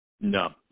No